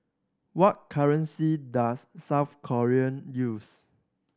what currency does South Korea use